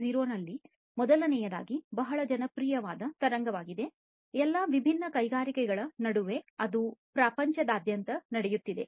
0 ರಲ್ಲಿ ಮೊದಲನೆಯದಾಗಿ ಬಹಳ ಜನಪ್ರಿಯವಾದ ತರಂಗವಾಗಿದೆ ಎಲ್ಲಾ ವಿಭಿನ್ನ ಕೈಗಾರಿಕೆಗಳ ನಡುವೆ ಅದು ಪ್ರಪಂಚದಾದ್ಯಂತ ನಡೆಯುತ್ತಿದೆ